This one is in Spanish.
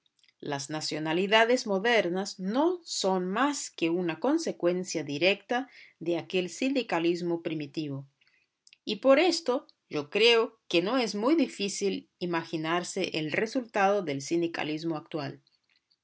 las nacionalidades modernas no son más que una consecuencia directa de aquel sindicalismo primitivo y por esto yo creo que no es muy difícil imaginarse el resultado del sindicalismo actual